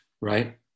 right